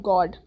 God